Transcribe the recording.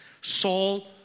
Saul